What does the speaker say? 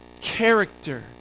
Character